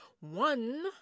one